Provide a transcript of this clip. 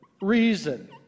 reason